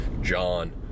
John